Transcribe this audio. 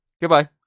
Goodbye